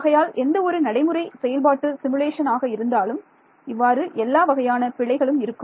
ஆகையால் எந்த ஒரு நடைமுறை செயல்பாட்டு சிமுலேஷன் ஆக இருந்தாலும் இவ்வாறு எல்லா வகையான பிழைகளும் இருக்கும்